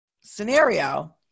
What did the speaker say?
scenario